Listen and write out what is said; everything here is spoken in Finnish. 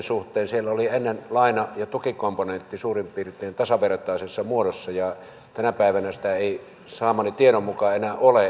siellä olivat ennen laina ja tukikomponentti suurin piirtein tasavertaisessa muodossa ja tänä päivänä niin ei saamani tiedon mukaan enää ole